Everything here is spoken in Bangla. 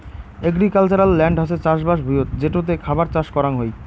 এগ্রিক্যালচারাল ল্যান্ড হসে চাষবাস ভুঁইয়ত যেটোতে খাবার চাষ করাং হই